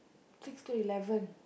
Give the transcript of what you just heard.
six to eleven